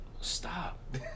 Stop